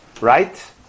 right